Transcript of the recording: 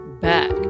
back